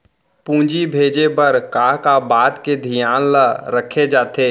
पूंजी भेजे बर का का बात के धियान ल रखे जाथे?